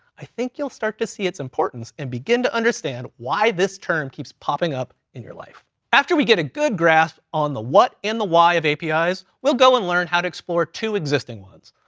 i think you'll start to see its importance, and begin to understand why this term keeps popping up in your life. after we get a good grasp on the what, and the why of api's, we'll go, and learn how to explore to existing ones.